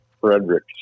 Frederick